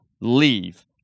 leave